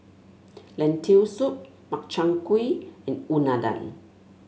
Lentil Soup Makchang Gui and Unadon